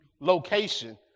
location